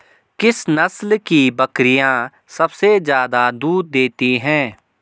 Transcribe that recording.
किस नस्ल की बकरीयां सबसे ज्यादा दूध देती हैं?